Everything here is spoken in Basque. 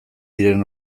diren